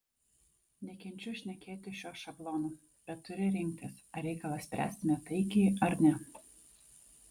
nekenčiu šnekėti šiuo šablonu bet turi rinktis ar reikalą spręsime taikiai ar ne